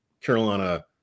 Carolina